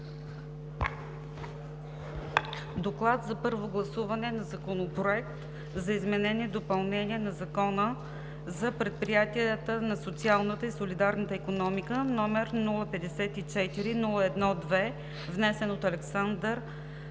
„ДОКЛАД за първо гласуване на Законопроект за изменение и допълнение на Закона за предприятията на социалната и солидарна икономика, № 054-01-2, внесен от Александър